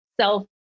self